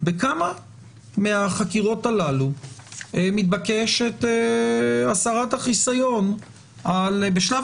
בכמה מהחקירות הללו מתבקשת הסרת החיסיון בשלב